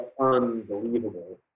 unbelievable